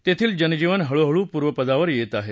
तेथील जनजीवन हळूहळू पूर्व पदावर येत आहे